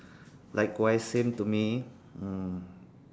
likewise same to me mm